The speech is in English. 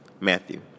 Matthew